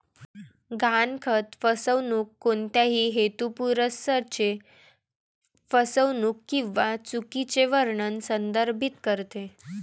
गहाणखत फसवणूक कोणत्याही हेतुपुरस्सर फसवणूक किंवा चुकीचे वर्णन संदर्भित करते